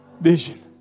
vision